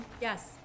Yes